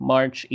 March